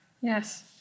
Yes